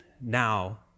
now